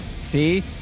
See